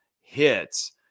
hits